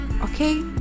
okay